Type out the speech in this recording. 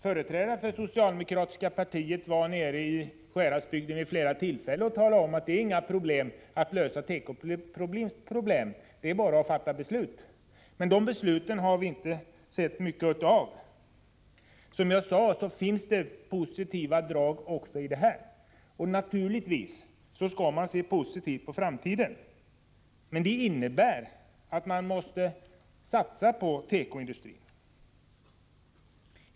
Företrädare för det socialdemokratiska partiet var nere i Sjuhäradsbygden vid flera tillfällen och talade om att det inte är några problem med att klara tekoindustrins svårigheter — det är bara att fatta beslut. Men de besluten har vi inte sett mycket av. Som jag sade finns det positiva drag också i detta sammanhang, och naturligtvis skall man se positivt på framtiden. Men det innebär att man måste satsa på tekoindustrin.